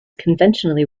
conventionally